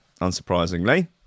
unsurprisingly